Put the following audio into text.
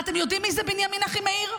אתם יודעים מי זה בנימין אחימאיר?